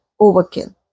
overkill